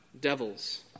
devils